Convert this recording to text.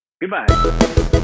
goodbye